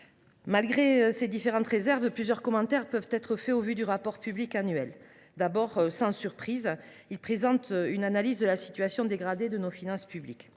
Malgré ces différentes réserves, plusieurs commentaires peuvent être faits sur ce rapport public annuel. Tout d’abord, sans surprise, celui ci présente une analyse de la situation dégradée de nos finances publiques.